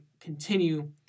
continue